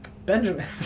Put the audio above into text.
Benjamin